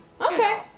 Okay